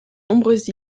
nombreuses